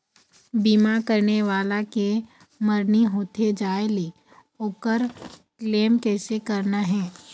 बीमा करने वाला के मरनी होथे जाय ले, ओकर क्लेम कैसे करना हे?